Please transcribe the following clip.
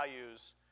values